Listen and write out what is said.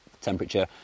temperature